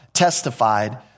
testified